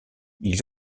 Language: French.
ils